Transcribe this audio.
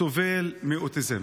סובל מאוטיזם.